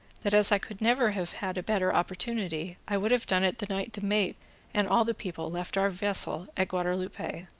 that, as i could never have had a better opportunity, i would have done it the night the mate and all the people left our vessel at gaurdeloupe. the